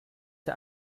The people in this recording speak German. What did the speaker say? der